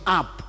up